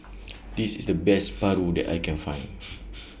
This IS The Best Paru that I Can Find